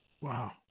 Wow